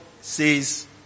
says